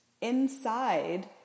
Inside